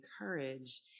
encourage